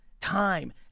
time